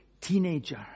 teenager